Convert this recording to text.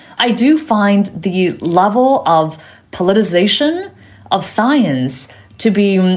i do find the level of politicization of science to be